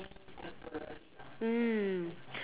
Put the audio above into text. mm